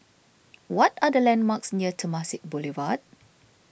what are the landmarks near Temasek Boulevard